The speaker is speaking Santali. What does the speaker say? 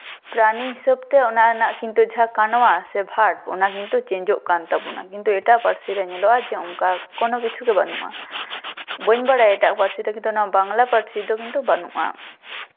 ᱯᱨᱟᱱᱤ ᱦᱤᱟᱹᱵ ᱛᱮ ᱚᱱᱟ ᱨᱮᱱᱟᱜ ᱠᱤᱱᱛᱩ ᱡᱟᱦᱟᱸ ᱠᱟᱹᱱᱣᱟ ᱥᱮ ᱵᱷᱟᱨᱵᱽ ᱠᱤᱱᱛᱩ ᱪᱮᱧᱡᱚᱜ ᱠᱟᱱ ᱛᱟᱵᱚᱱᱟ ᱠᱤᱱᱛᱩ ᱮᱴᱟᱜ ᱯᱟᱹᱨᱥᱤ ᱨᱮ ᱧᱮᱞᱚᱜᱼᱟ ᱡᱮ ᱚᱱᱠᱟ ᱠᱳᱱᱳ ᱠᱤᱪᱷᱩ ᱜᱮ ᱵᱟᱹᱱᱩᱜᱼᱟ ᱵᱟᱹᱧ ᱵᱟᱲᱟᱭᱟ ᱮᱴᱟᱜ ᱯᱟᱹᱨᱥᱤ ᱫᱚ ᱠᱤᱱᱛᱩ ᱱᱚᱶᱟ ᱵᱟᱝᱞᱟ ᱯᱟᱹᱨᱥᱤ ᱫᱚ ᱠᱤᱱᱛᱩ ᱵᱟᱹᱱᱩᱜᱼᱟ